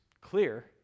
clear